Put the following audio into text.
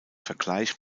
vergleich